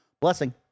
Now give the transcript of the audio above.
Blessing